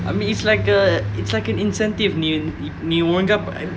I mean it's like a it's like an incentive நீ ஒழுங்கா:nee olungaa